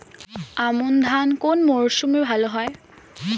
আমন ধান কোন মরশুমে ভাল হয়?